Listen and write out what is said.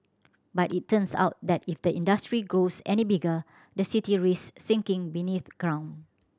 but it turns out that if the industry grows any bigger the city risk sinking beneath ground